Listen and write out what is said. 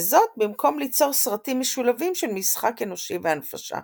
וזאת במקום ליצור סרטים משולבים של משחק אנושי והנפשה.